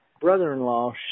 brother-in-law